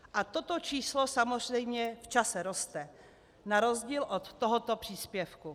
A toto číslo samozřejmě v čase roste na rozdíl od tohoto příspěvku.